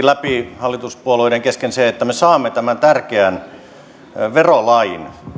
läpi hallituspuolueiden kesken sen että me saamme tämän tärkeän verolain